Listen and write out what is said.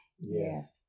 Yes